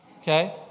Okay